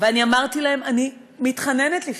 ואני אמרתי להם: אני מתחננת בפניכם,